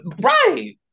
right